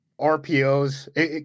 RPOs